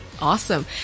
Awesome